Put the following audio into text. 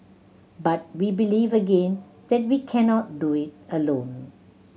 but we believe again that we cannot do it alone